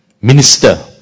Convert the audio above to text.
minister